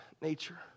nature